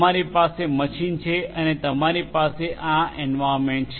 તમારી પાસે મશીન છે અને તમારી પાસે આ એન્વાર્યન્મેન્ટ છે